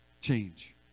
change